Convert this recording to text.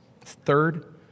Third